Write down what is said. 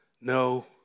no